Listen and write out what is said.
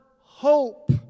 hope